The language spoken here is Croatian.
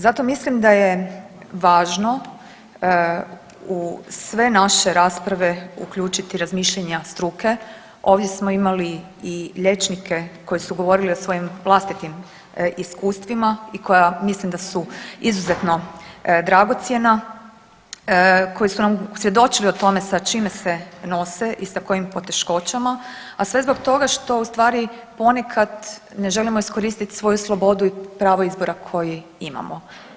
Zato mislim da je važno u sve naše rasprave uključiti razmišljanja struke, ovdje smo imali i liječnike koji su govorili o svojim vlastitim iskustvima i koja mislim da su izuzetno dragocjena, koji su nam svjedočili o tome sa čime se nose i sa kojim poteškoćama, a sve zbog toga što ustvari ponekad ne želimo iskoristiti svoju slobodu i pravo izbora koji imamo.